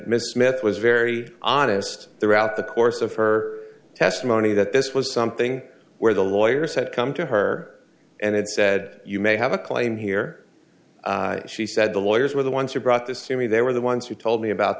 mrs smith was very honest throughout the course of her testimony that this was something where the lawyers had come to her and said you may have a claim here she said the lawyers were the ones who brought this to me they were the ones who told me about